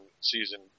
season